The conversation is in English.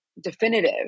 definitive